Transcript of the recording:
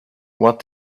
what